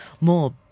more